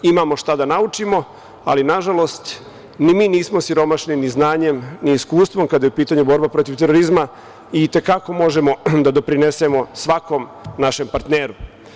Imamo šta da naučimo, ali, nažalost, ni mi nismo siromašni ni znanjem ni iskustvom kada je u pitanju borba protiv terorizma, i te kako možemo da doprinesemo svakom našem partneru.